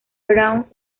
brown